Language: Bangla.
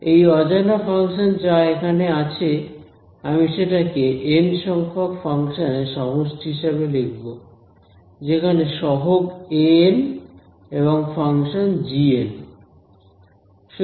এই অজানা ফাংশন যা এখানে আছে আমি সেটাকে এন সংখ্যক ফাংশানের সমষ্টি হিসাবে লিখব যেখানে সহগ an এবং ফাংশন gn